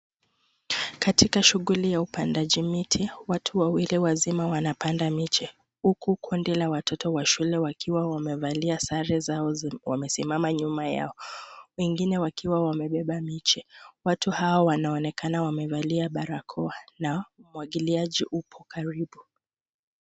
Katika shughuli ya upandaji miti, watu wawili wazima wanapanda miche huku kundi la watoto wa shule wakiwa wamevalia sare zao wamesimama nyuma yao, wengine wakiwa wamebeba miche. Watu hao wanaonekana wamevalia barakoa na umwagiliaji upo karibu.